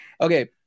Okay